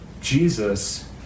Jesus